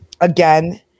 again